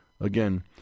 Again